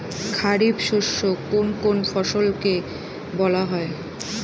খারিফ শস্য কোন কোন ফসলকে বলা হয়?